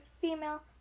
female